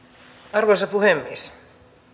arvoisa puhemies